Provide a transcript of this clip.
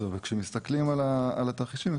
וכשמסתכלים על התרחישים,